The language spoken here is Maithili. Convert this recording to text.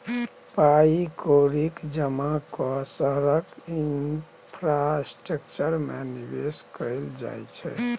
पाइ कौड़ीक जमा कए शहरक इंफ्रास्ट्रक्चर मे निबेश कयल जाइ छै